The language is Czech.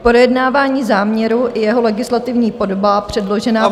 Projednávání záměru i jeho legislativní podoba předložená...